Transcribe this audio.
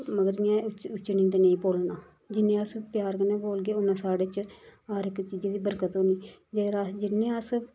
मगर में उच्चे उच्चे नीदें नेईं बोलना जिन्ने अस प्यार कन्नै बोलगे उन्ना साढ़े च हर इक चीज़ै दी बरकत होनी जेकर अस जिन्ने अस